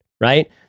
right